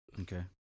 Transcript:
Okay